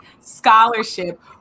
Scholarship